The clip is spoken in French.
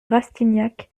rastignac